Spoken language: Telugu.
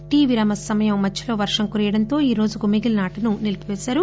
టి విరామ సమయం మధ్యలో వర్గం కురియడంతో ఈరోజుకు మిగిలిన ఆటను నిలిపిపేశారు